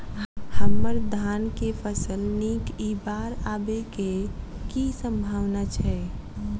हम्मर धान केँ फसल नीक इ बाढ़ आबै कऽ की सम्भावना छै?